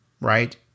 right